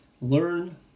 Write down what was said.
learn